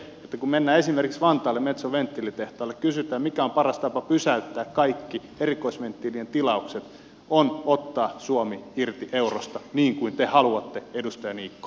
kun mennään esimerkiksi vantaalle metson venttiilitehtaalle ja kysytään mikä on paras tapa pysäyttää kaikki erikoisventtiilien tilaukset niin sanotaan että se on se että otetaan suomi irti eurosta niin kuin te haluatte edustaja niikko